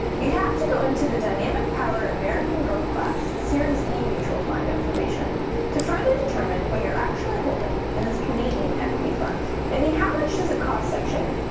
you'd have to go into the dynamic power american growth class, series e mutual fund information to further determine what you're actually holding in this canadian equity fund. in the how much does it cost section,